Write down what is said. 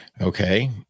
Okay